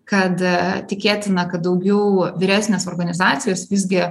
kad tikėtina kad daugiau vyresnės organizacijos visgi